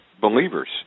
believers